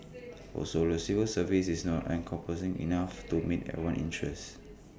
also the civil service is not encompassing enough to meet everyone interest